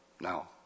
now